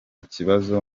kibazo